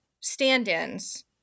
stand-ins